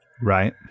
Right